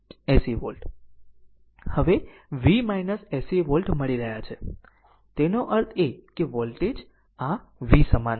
હવે V 8૦ volt મળી રહ્યા છે તેનો અર્થ એ કે આ વોલ્ટેજ આ V સમાન છે